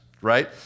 right